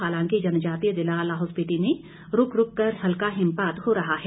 हालांकि जनजातीय ज़िला लाहौल स्पिति में रूक रूक कर हल्का हिमपात हो रहा है